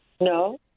No